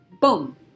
Boom